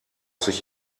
sich